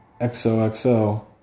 XOXO